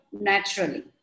naturally